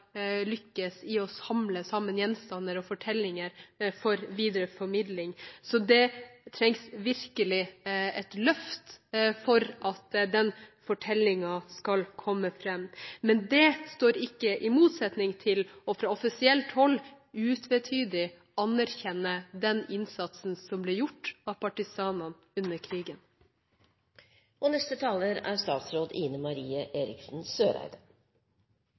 i å samle sammen gjenstander og fortellinger for videreformidling. Det trengs virkelig et løft for at den fortellingen skal komme fram. Men det står ikke i motsetning til fra offisielt hold utvetydig å anerkjenne den innsatsen som ble gjort av partisanene under krigen. Jeg takker for interpellantens andre innlegg også. Jeg tror det er